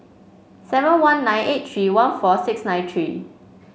seven one nine eight three one four six nine three